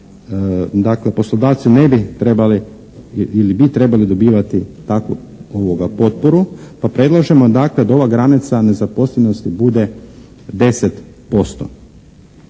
ne bi trebali ili bi trebali dobivati takvu potporu, pa predlažemo dakle da ova granica nezaposlenosti bude 10%.